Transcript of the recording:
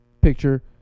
picture